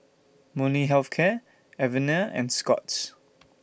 Molnylcke Health Care Avene and Scott's